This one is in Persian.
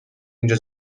اینجا